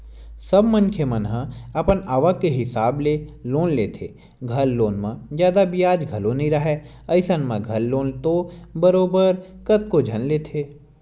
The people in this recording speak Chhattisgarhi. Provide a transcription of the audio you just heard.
सब मनखे मन ह अपन आवक के हिसाब ले लोन लेथे, घर लोन म जादा बियाज घलो नइ राहय अइसन म घर लोन तो बरोबर कतको झन लेथे